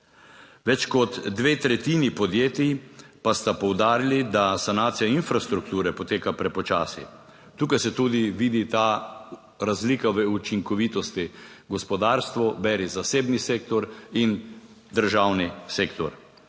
Več kot dve tretjini podjetij pa sta poudarili, da sanacija infrastrukture poteka prepočasi. Tukaj se tudi vidi ta razlika v učinkovitosti: gospodarstvo, beri, zasebni sektor in državni sektor.